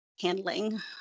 handling